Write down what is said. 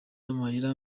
amarira